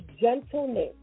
gentleness